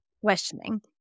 questioning